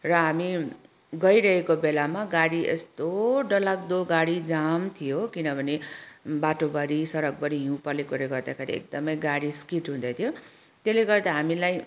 र हामी गइरहेको बेलामा गाडी यस्तो डरलाग्दो गाडी जाम थियो किनभने बाटोभरि सडकभरि हिउँ परेकोले गर्दा खेरि एकदमै गाडी स्किड हुँदैथ्यो त्यसले गर्दा हामीलाई